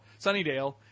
Sunnydale